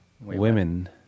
women